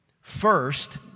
First